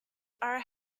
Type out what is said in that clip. are